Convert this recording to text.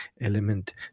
element